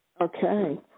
Okay